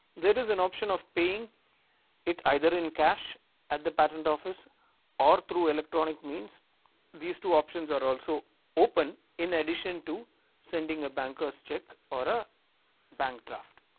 there is an option of paying it either in cash at the patent office or through electronic means these two options are also open in addition to sending a banker's cheque or a bank draft.